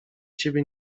ciebie